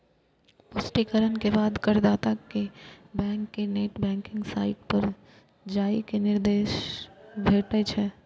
पुष्टिकरण के बाद करदाता कें बैंक के नेट बैंकिंग साइट पर जाइ के निर्देश भेटै छै